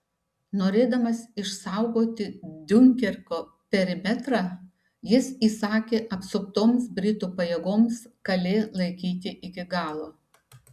norėdamas išsaugoti diunkerko perimetrą jis įsakė apsuptoms britų pajėgoms kalė laikyti iki galo